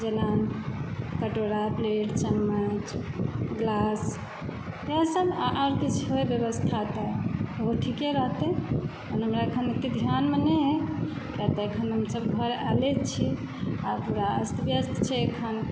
जेना कटोरा प्लेट चम्मच गिलास इएहसभ आ आर किछु होय व्यवस्था त ओहो ठीके रहतय ओना हमरा अखन ओतय ध्यानमे नहि यऽ किआतऽ अखन हमसभ घर एलय छी आ पूरा अस्त व्यस्त छै अखन